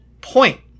point